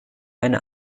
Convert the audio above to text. eine